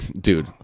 dude